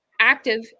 active